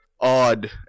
odd